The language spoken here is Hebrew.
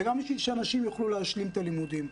וגם בשביל שאנשים יוכלו להשלים את הלימודים.